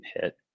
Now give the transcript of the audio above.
hit